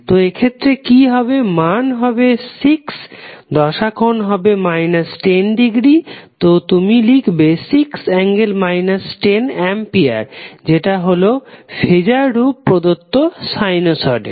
তো এক্ষেত্রে কি হবে মান হবে 6 দশা কোণ হবে 10 ডিগ্রী তো তুমি লিখবে 6∠ 10 অ্যাম্পিয়ার যেটা ফেজার রূপ প্রদত্ত সাইনোসডের